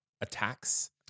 attacks